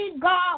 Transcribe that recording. God